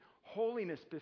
Holiness